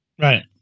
Right